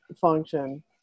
function